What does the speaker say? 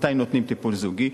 מתי נותנים טיפול זוגי.